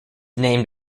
named